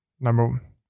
number